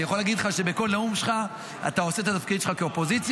אני יכול להגיד לך שבכל נאום שלך אתה עושה את התפקיד שלך כאופוזיציה